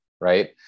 right